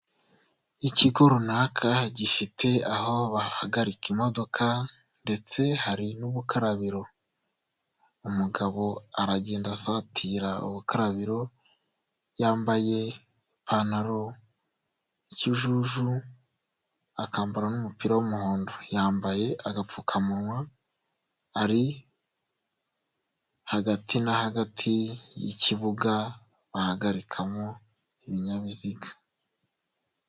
Ikigo runaka gifite aho bahagarika imodoka ndetse hari n'ubukarabiro, umugabo aragenda asatira ubukarabiro, yambaye ipantaro y'ikijuju akambara n'umupira w'umuhondo, yambaye agapfukamunwa, ari hagati na hagati y'ikibuga bahagarikamo ibinyabiziga.